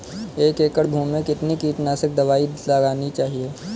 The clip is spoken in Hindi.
एक एकड़ भूमि में कितनी कीटनाशक दबाई लगानी चाहिए?